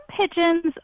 Pigeons